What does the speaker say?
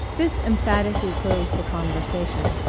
this emphatically closed the conversation.